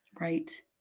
Right